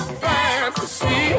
fantasy